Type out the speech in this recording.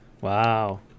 Wow